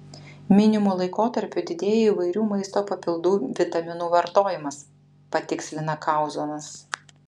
minimu laikotarpiu didėja įvairių maisto papildų vitaminų vartojimas patikslina kauzonas